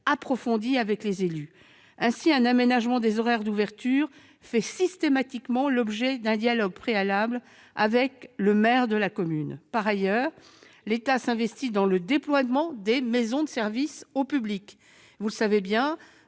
approfondie avec les élus. Ainsi, un aménagement des horaires d'ouverture fait systématiquement l'objet d'un dialogue préalable avec le maire de la commune. Par ailleurs, l'État s'investit dans le déploiement des maisons de services au public, les MSAP.